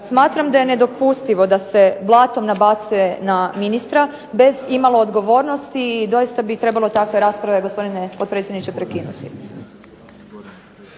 Smatram da je nedopustivo da se blatom nabacuje na ministra bez odgovornosti doista bi trebalo takve rasprave gospodine predsjedniče prekinuti.